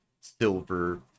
silver